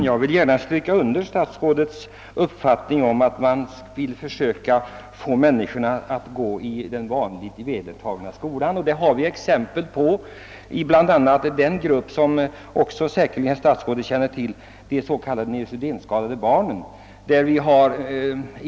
Herr talman! Jag delar statsrådets uppfattning att de handikappade så långt det är möjligt bör undervisas i den vanliga skolan. Att detta ofta går bra har vi exempel på från den grupp som statsrådet säkerligen också känner till, de neurosedynskadade barnen.